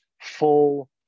full